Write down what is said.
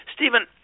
Stephen